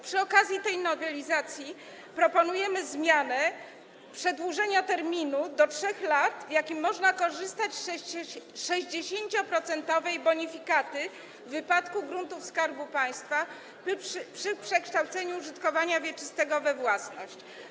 Przy okazji tej nowelizacji proponujemy zmianę, przedłużenie do 3 lat terminu, w jakim można korzystać z 60-procentowej bonifikaty w wypadku gruntów Skarbu Państwa przy przekształceniu użytkowania wieczystego we własność.